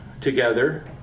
together